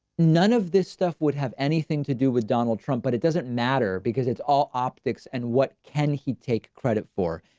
none of this stuff would have anything to do with donald trump, but it doesn't matter because it's all optics. and what can he take credit for?